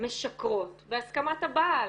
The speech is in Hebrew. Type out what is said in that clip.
משקרות בהסכמת הבעל,